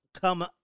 come